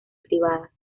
privadas